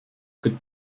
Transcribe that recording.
could